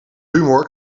humor